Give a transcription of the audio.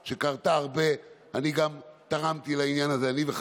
שעובד גם בשבתות וחגים, וניתן היה לייצר